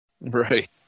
Right